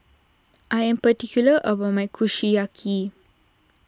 I am particular about my Kushiyaki